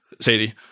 Sadie